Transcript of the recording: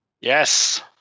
yes